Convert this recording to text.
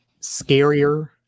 scarier